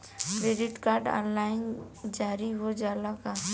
Credit card online जारी हो जाला का?